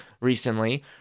recently